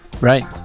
right